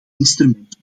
instrument